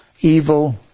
evil